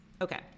okay